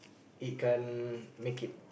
it can't make it